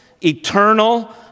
eternal